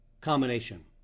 combination